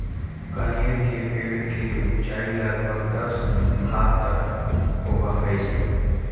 कनेर के पेड़ के ऊंचाई लगभग दस हाथ तक होवऽ हई